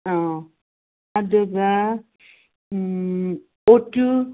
ꯑꯥ ꯑꯗꯨꯒ ꯑꯣ ꯇꯨ